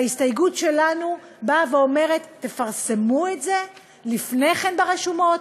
וההסתייגות שלנו באה ואומרת: תפרסמו את זה לפני כן ברשומות,